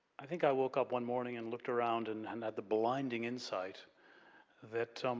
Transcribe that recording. i think i woke up one morning and looked around and and had the blinding insight that